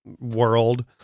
world